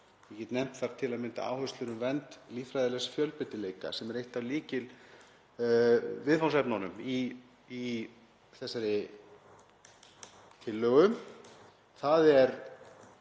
Ég get nefnt þar til að mynda áherslur um vernd líffræðilegs fjölbreytileika sem er eitt af lykilviðfangsefnunum í þessari tillögu. Það